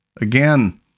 again